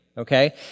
Okay